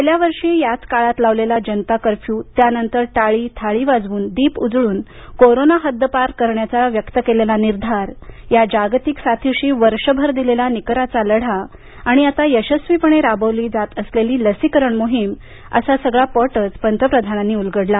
गेल्या वर्षी याच काळात लावलेला जनता कर्फ्यू त्यानंतर टाळी थाळी वाजवून दीप उजळून कोरोना हद्दपार करण्याचा व्यक्त केलेला निर्धार या जागतिक साथीशी वर्षभर दिलेला निकराचा लढा आणि आता यशस्वीपणे राबवली जात असलेली लसीकरण मोहीम असा सगळा पटचं पंतप्रधानांनी उलगडला